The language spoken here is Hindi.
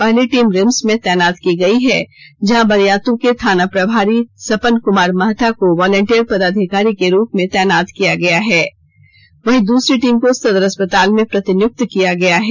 पहली टीम रिम्स में तैनात की गयी है जहां बरियातू के थाना प्रभारी सपन क्मार महथा को वालंटियर पदाधिकारी के रूप में तैनात किया गया है वहीँ दूसरी टीम को सदर अस्पताल में प्रतिनियुक्त किया गया है